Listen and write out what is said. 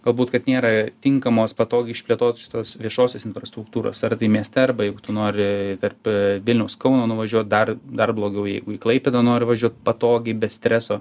galbūt kad nėra tinkamos patogiai išplėtotos šitos viešosios infrastruktūros ar tai mieste arba jeigu tu nori tarp vilniaus kauno nuvažiuot dar dar blogiau jeigu į klaipėdą nori važiuot patogiai be streso